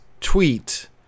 tweet